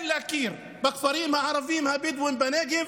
להכיר בכפרים הערביים הבדואיים בנגב,